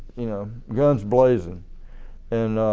you know guns blazing and